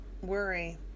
worry